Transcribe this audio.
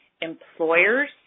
employers